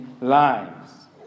lives